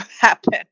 happen